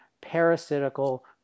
parasitical